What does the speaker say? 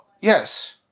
Yes